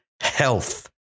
health